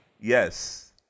Yes